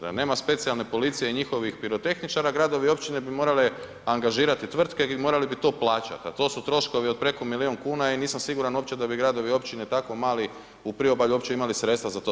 Da nema specijalnih policija i njihovih pirotehničara, gradovi i općine bi morale angažirati tvrtke, bi morali to plaćati, a to su troškovi od preko milijun kuna i nisam siguran uopće da bi gradovi, općine, tako mali u priobalju uopće imali sredstva za to.